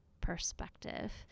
perspective